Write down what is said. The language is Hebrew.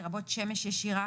לרבות שמש ישירה,